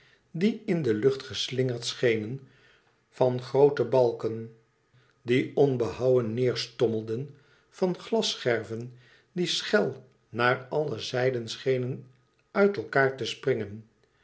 die in de lucht geslingerd schenen van groote balken die onbehouwen neêrstommelden van glasscherven die schel naar alle zijden schenen uit elkaâr te springen